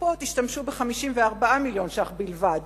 הקופות השתמשו ב-54 מיליון שקל בלבד,